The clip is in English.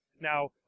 Now